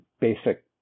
basic